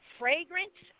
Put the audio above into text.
fragrance